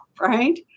right